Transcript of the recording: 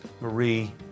Marie